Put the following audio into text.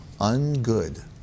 ungood